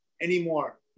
anymore